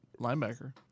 linebacker